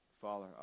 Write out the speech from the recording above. Father